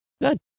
good